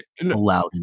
allowed